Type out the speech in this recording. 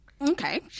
okay